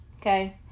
okay